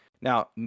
Now